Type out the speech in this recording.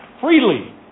freely